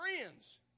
friends